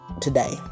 today